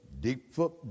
Deepfoot